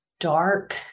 Dark